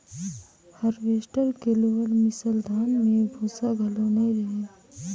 harvester के लुअल मिसल धान में भूसा घलो नई रहें